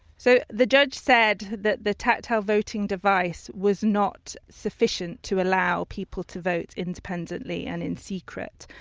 so the judge said that the tactile voting device was not sufficient to allow people to vote independently and in secret.